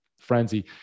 frenzy